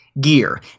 gear